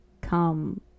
come